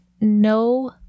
no